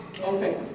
Okay